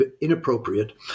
inappropriate